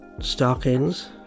stockings